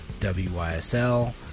WYSL